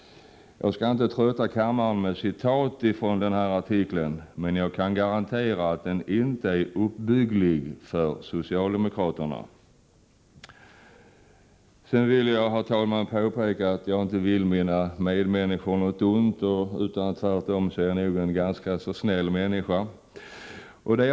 Jag skall inte trötta kammaren med citat från denna artikel, men jag kan garantera att den inte är uppbygglig för socialdemokraterna. Herr talman! Jag vill påpeka att jag inte vill mina medmänniskor något ont. Tvärtom är jag nog en ganska snäll människa.